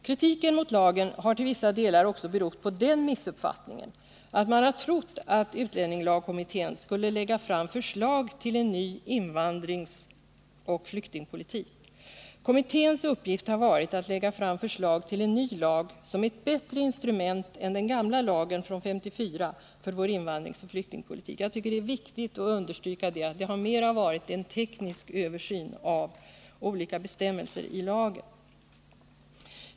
Kritiken mot lagen har till vissa delar också berott på den missuppfattningen, att man trott att utlänningslagkommittén skulle lägga fram förslag till en ny invandringseller flyktingpolitik. Kommitténs uppgift har varit att lägga fram förslag till en ny lag som är ett bättre instrument än den gamla lagen från 1954 för vår invandringsoch flyktingpolitik. Det är viktigt att understryka detta. Det har varit fråga om att göra en teknisk översyn av olika bestämmelser i lagen.